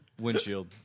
Windshield